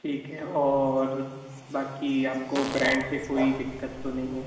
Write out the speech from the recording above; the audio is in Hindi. ठीक है और बाकी आपको ब्रैंड से कोई दिक्कत तो नहीं है